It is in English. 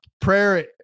prayer